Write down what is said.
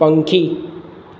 પંખી